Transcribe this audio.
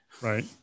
right